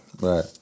Right